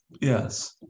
Yes